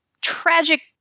tragic